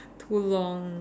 too long